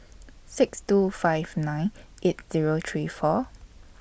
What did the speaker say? six two five nine eight Zero three four